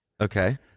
Okay